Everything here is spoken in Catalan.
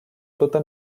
tota